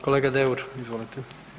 Kolega Deur, izvolite.